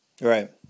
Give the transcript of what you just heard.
Right